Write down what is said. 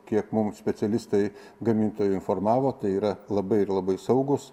kiek mums specialistai gamintojų informavo tai yra labai ir labai saugūs